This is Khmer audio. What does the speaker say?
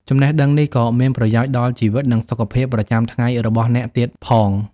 ចំណេះដឹងនេះក៏មានប្រយោជន៍ដល់ជីវិត និងសុខភាពប្រចាំថ្ងៃរបស់អ្នកទៀតផង។